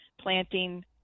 planting